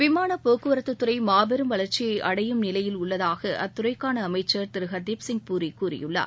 விமானப் போக்குவரத்துத் துறை மாபெரும் வளர்ச்சியை அடையும் நிலையில் உள்ளதாக அத்துறைக்கான அமைச்சர் திரு ஹர்திப்சிங் பூரி கூறியுள்ளார்